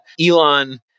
Elon